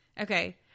Okay